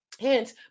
hence